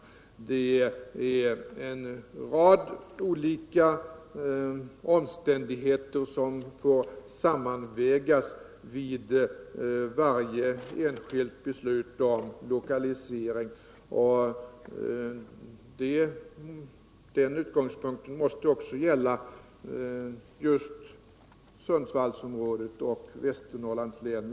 En rad olika omständigheter får sammanvägas vid varje enskilt beslut om lokalisering, och den utgångspunkten måste också gälla Sundsvallsområdet och Västernorrlands län.